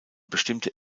bestimmte